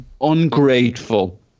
ungrateful